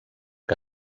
que